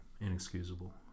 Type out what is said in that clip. Inexcusable